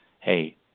hey